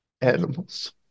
animals